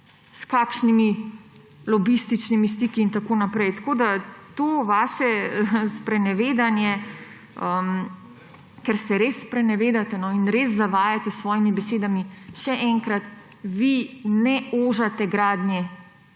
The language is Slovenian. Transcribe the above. s kakšnimi lobističnimi stiki in tako naprej. To vaše sprenevedanje, ker se res sprenevedate in res zavajate s svojimi besedami, še enkrat, vi ne ožate gradnje,